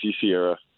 Sierra